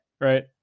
right